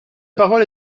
parole